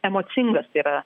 emocingas tai yra